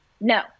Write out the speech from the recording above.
No